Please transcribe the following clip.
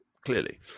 clearly